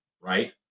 right